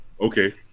Okay